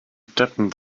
deppen